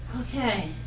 Okay